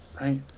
Right